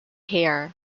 hair